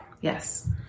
yes